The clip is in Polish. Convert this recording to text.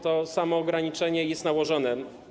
To samoograniczenie jest nałożone.